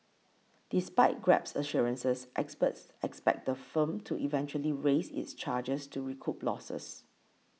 despite Grab's assurances experts expect the firm to eventually raise its charges to recoup losses